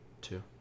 Two